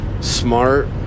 smart